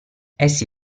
essi